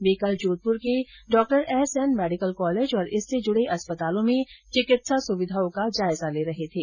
वे कल जोधप्र को Dr S N medical college और इससे जुडे अस्पतालों में चिकित्सा सुविधाओं का जायजा ले रहे थे